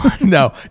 no